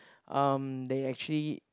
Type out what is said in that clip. um they actually